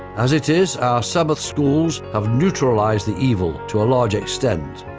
as it is our sabbath schools have neutralized the evil to a large extent,